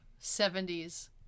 70s